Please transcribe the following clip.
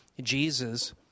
Jesus